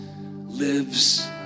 lives